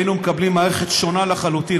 היינו מקבלים מערכת שונה לחלוטין,